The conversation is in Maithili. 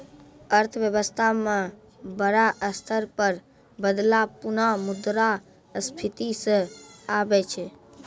अर्थव्यवस्था म बड़ा स्तर पर बदलाव पुनः मुद्रा स्फीती स आबै छै